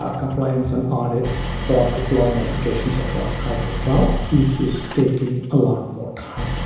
ah compliance and audit for deploying applications across hybrid cloud is is taking a lot more time